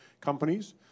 companies